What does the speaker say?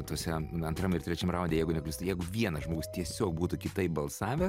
tuose antram ir trečiam raunde jeigu neklystu jeigu vienas žmogus tiesiog būtų kitaip balsavę